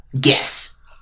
guess